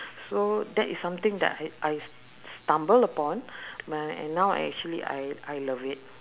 so that is something that I I s~ stumble upon when now I actually I I love it